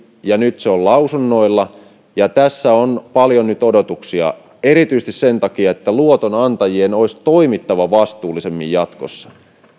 ja nyt se on lausunnoilla tässä on paljon odotuksia erityisesti sen takia että luotonantajien olisi toimittava vastuullisemmin jatkossa